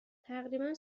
تقریبا